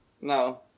No